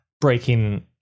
breaking